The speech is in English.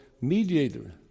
mediator